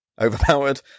overpowered